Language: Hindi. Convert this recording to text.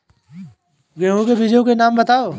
गेहूँ के बीजों के नाम बताओ?